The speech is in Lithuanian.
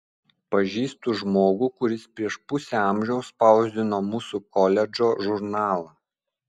pažįstu žmogų kuris prieš pusę amžiaus spausdino mūsų koledžo žurnalą